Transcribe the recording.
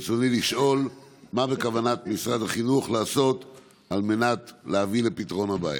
ברצוני לשאול: מה בכוונת משרד החינוך לעשות על מנת להביא לפתרון הבעיה?